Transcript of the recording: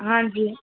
ਹਾਂਜੀ